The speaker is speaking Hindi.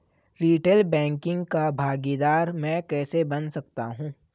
रीटेल बैंकिंग का भागीदार मैं कैसे बन सकता हूँ?